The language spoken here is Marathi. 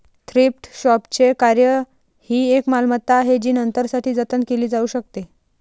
थ्रिफ्ट शॉपचे कार्य ही एक मालमत्ता आहे जी नंतरसाठी जतन केली जाऊ शकते